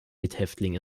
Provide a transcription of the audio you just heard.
mithäftling